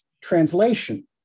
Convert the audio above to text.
translation